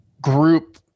group